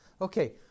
Okay